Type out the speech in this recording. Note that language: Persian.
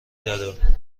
دادم